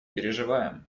переживаем